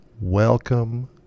welcome